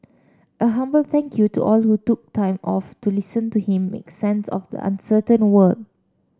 a humble thank you to all who took time off to listen to him make sense of the uncertain world